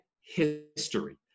history